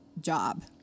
job